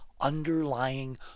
underlying